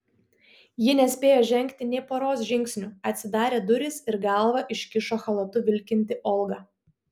ji nespėjo žengti nė poros žingsnių atsidarė durys ir galvą iškišo chalatu vilkinti olga